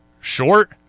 short